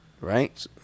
Right